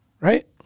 right